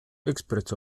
experts